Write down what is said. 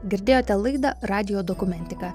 girdėjote laidą radijo dokumentika